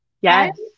Yes